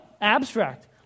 abstract